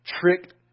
tricked